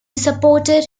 supported